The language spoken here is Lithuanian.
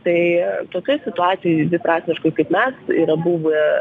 tai tokioj situacijoj dviprasmiškoj kaip mes yra buvę